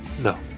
No